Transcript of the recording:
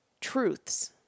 truths